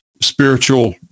spiritual